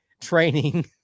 training